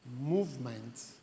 movement